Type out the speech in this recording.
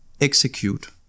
execute